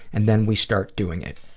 and then we start doing it.